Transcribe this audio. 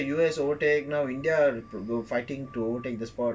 ya in fact U_S overtake now india fighting to overtake the spot